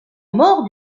mort